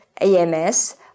AMS